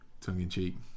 tongue-in-cheek